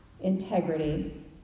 integrity